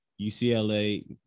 UCLA